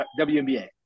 WNBA